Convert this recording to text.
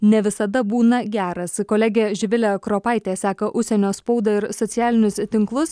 ne visada būna geras kolegė živilė kropaitė seka užsienio spaudą ir socialinius tinklus